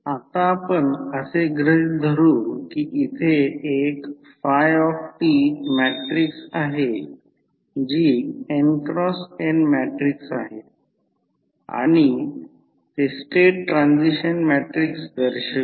आता आपण असे गृहित धरू की येथे एक t मॅट्रिक्स आहे जी n×n मॅट्रिक्स आहे आणि ते स्टेट ट्रान्सिशन मॅट्रिक्स दर्शविते